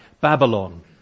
Babylon